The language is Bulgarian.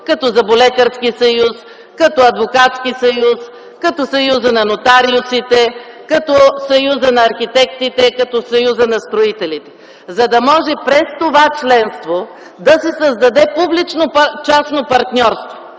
като Зъболекарския съюз, като Адвокатския съюз, като Съюза на нотариусите, като Съюза на архитектите, като Съюза на строителите, за да може през това членство да се създаде публично-частно партньорство,